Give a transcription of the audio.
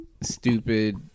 stupid